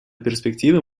перспективы